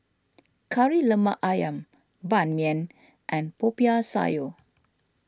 Kari Lemak Ayam Ban Mian and Popiah Sayur